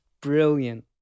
brilliant